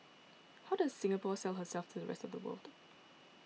how does Singapore sell herself to the rest of the world